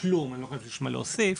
מה להוסיף.